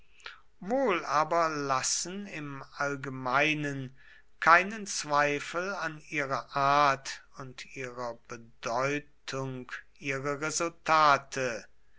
wohl aber lassen im allgemeinen keinen zweifel an ihrer art und ihrer bedeutung ihre resultate